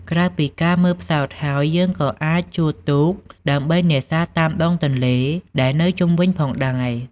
ក្រៅពីការមើលផ្សោតហើយ យើងក៏អាចជួលទូកដើម្បីនេសាទតាមដងទន្លេដែលនៅជុំវិញផងដែរ។